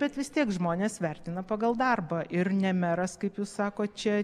bet vis tiek žmonės vertina pagal darbą ir ne meras kaip jūs sakot čia